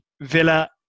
Villa